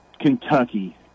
Kentucky